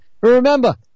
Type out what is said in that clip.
Remember